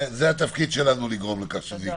זה התפקיד שלנו לגרום לכך שזה יקרה.